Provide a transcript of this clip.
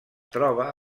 troba